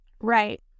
Right